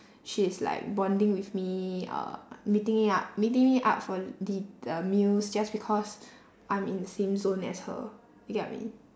she is like bonding with me uh meeting me up meeting me up for din~ uh meals just because I'm in the same zone as her you get what I mean